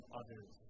others